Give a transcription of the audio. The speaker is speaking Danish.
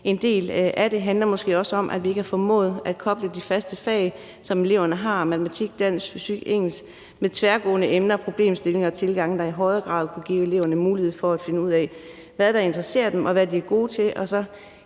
En del af det handler måske også om, at vi ikke har formået at koble de faste fag, som eleverne har, altså matematik, dansk, fysik og engelsk, med tværgående emner, problemstillinger og tilgange, der i højere grad kunne give eleverne mulighed for at finde ud af, hvad der interesserer dem, og hvad de er gode til,